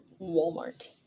Walmart